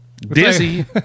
Dizzy